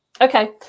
Okay